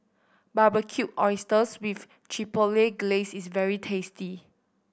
Barbecued Oysters with Chipotle Glaze is very tasty